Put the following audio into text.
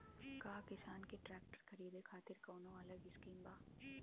का किसान के ट्रैक्टर खरीदे खातिर कौनो अलग स्किम बा?